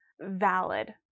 valid